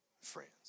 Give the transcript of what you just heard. friends